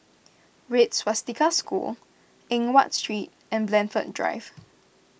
Red Swastika School Eng Watt Street and Blandford Drive